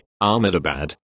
Ahmedabad